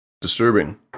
Disturbing